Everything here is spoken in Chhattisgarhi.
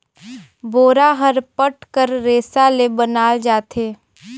बोरा हर पट कर रेसा ले बनाल जाथे